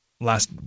Last